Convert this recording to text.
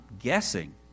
guessing